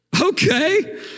Okay